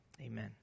amen